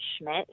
Schmidt